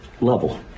level